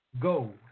gold